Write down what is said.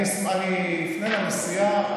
אני אפנה לנשיאה,